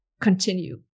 Continue